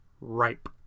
ripe